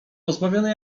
pozbawione